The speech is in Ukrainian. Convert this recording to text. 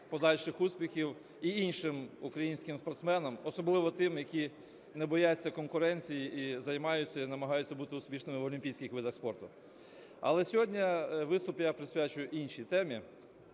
подальших успіхів і іншим українським спортсменам, особливо тим, які не бояться конкуренції і займаються, і намагаються бути успішними в олімпійських видах спорту. Але сьогодні виступ я присвячую іншій темі.